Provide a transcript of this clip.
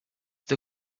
the